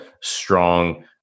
strong